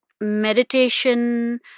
meditation